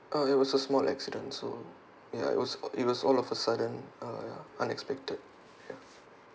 uh it was a small accident so ya it was it was all of a sudden uh unexpected ya